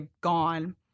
gone